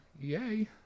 Yay